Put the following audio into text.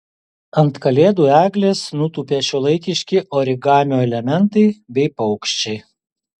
ant kalėdų eglės nutūpė šiuolaikiški origamio elementai bei paukščiai